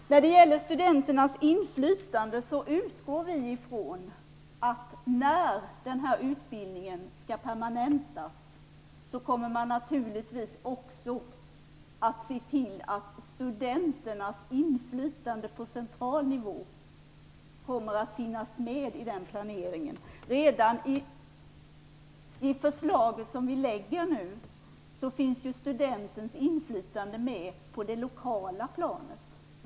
Vi utgår ifrån att man när utbildningen skall permanentas också kommer att se till att studenternas inflytande på central nivå finns med i planeringen. Studentens inflytande på det lokala planet finns med redan i det förslag som vi nu lägger fram.